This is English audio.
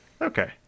okay